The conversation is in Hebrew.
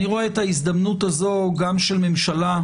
אני רואה את ההזדמנות הזו גם של ממשלה,